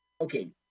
okay